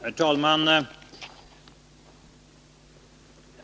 Herr talman!